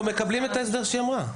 אנחנו מקבלים את ההסדר שהיא אמרה.